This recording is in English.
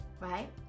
right